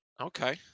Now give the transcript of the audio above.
Okay